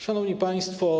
Szanowni Państwo!